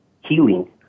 healing